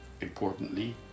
Importantly